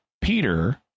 Peter